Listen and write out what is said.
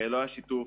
לא היה שיתוף.